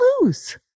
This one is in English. lose